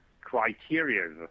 criteria